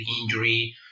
injury